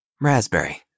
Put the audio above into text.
Raspberry